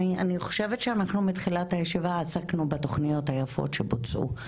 אני חושבת שאנחנו מתחילת הישיבה עסקנו בתוכניות היפות שבוצעו.